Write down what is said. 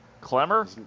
Clemmer